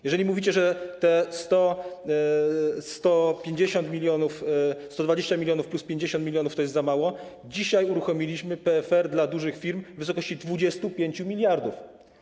Jeżeli mówicie, że te 150 mln, 120 mln plus 50 mln to jest za mało, dzisiaj uruchomiliśmy PFR dla dużych firm w wysokości 25 mld.